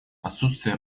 отсутствие